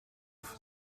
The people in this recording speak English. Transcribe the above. for